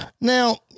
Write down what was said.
Now